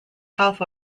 health